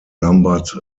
numbered